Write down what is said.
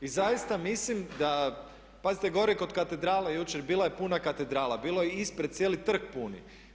I zaista mislim, pazite gore kod Katedrale jučer, bila je puna Katedrala, bilo je i ispred cijeli Trg puni.